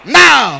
now